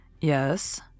Yes